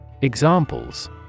Examples